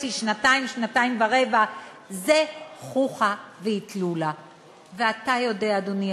זה היה שתי דקות.